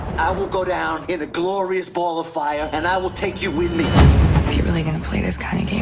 i will go down in a glorious ball of fire and i will take you with me. are you really going to play this kind of